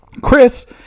Chris